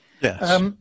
Yes